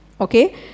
Okay